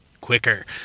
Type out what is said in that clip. quicker